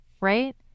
right